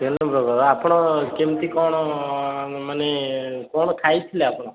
ଆପଣ କେମିତି କ'ଣ ମାନେ କ'ଣ ଖାଇଥିଲେ ଆପଣ